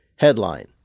Headline